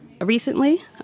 recently